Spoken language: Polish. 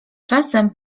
czasem